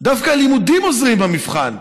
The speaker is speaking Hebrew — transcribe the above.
דווקא הלימודים עוזרים במבחן.